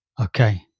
Okay